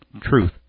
truth